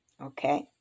Okay